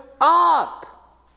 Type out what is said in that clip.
up